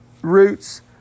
roots